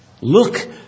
Look